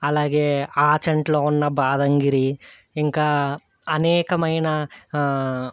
అలాగే ఆచంట్లో ఉన్న బాదంగిరి ఇంకా అనేకమైన